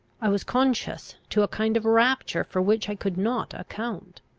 i was conscious to a kind of rapture for which i could not account.